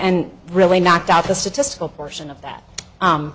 and really knocked out the statistical portion of that